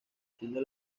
siendo